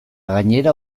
gainera